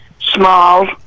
small